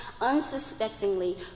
unsuspectingly